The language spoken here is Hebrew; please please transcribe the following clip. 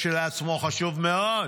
כשלעצמו, הוא נושא חשוב מאוד,